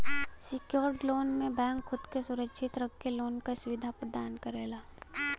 secured loan में bank खुद क सुरक्षित रख के लोन क सुविधा प्रदान करला